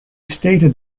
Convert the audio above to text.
stated